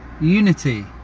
unity